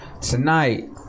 tonight